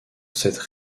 cette